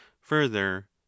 further